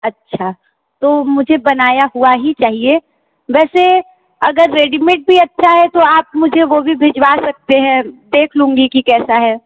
अच्छा तो मुझे बनाया हुआ ही चाहिए वैसे अगर रेडीमेड भी अच्छा है तो आप मुझे वो भी भिजवा सकते हैं देख लूँगी कि कैसा है